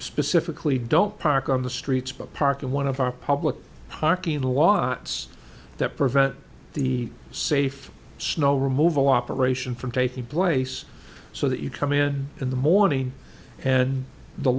specifically don't park on the streets but park in one of our public parking lots that prevent the safe snow removal operation from taking place so that you come in in the morning and the